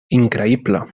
increïble